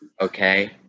Okay